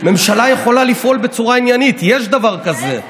ממשלה יכולה לפעול בצורה עניינית, יש דבר כזה.